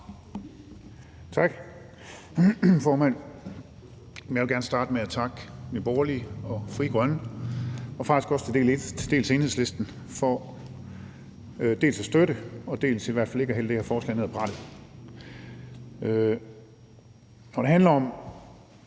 Tak, formand. Jeg vil gerne starte med at takke Nye Borgerlige og Frie Grønne og faktisk også til dels Enhedslisten for dels at støtte, dels for i hvert fald ikke at hælde det her forslag ned ad brættet. Når det handler om